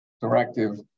directive